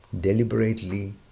deliberately